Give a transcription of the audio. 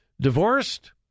Divorced